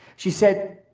she said,